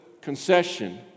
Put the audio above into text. concession